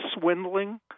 swindling